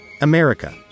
america